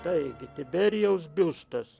taigi tiberijaus biustas